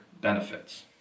benefits